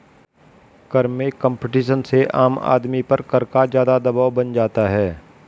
कर में कम्पटीशन से आम आदमी पर कर का ज़्यादा दवाब बन जाता है